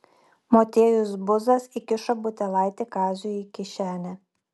motiejus buzas įkišo butelaitį kaziui į kišenę